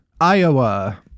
iowa